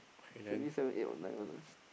should be seven eight or nine one ah